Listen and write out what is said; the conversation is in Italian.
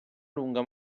lunga